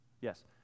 yes